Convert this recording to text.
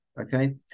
Okay